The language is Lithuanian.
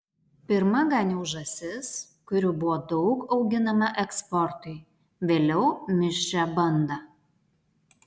pirma ganiau žąsis kurių buvo daug auginama eksportui vėliau mišrią bandą